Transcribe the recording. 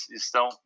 estão